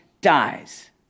dies